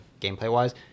gameplay-wise